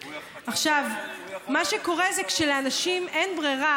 עכשיו, מה שקורה זה שלאנשים אין ברירה,